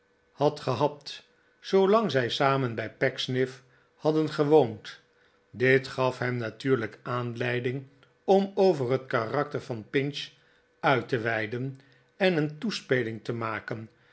had gehad zoolang zij samen bij pecksniff hadden gewoond dit gaf hem natuurlijk aanleiding om over het karakter van pinch uit te weiden en een toespeling te maken